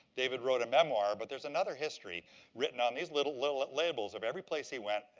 david wrote a memoir, but there's another history written on these little little labels of every place he went,